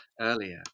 earlier